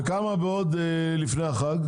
וכמה לפני החג?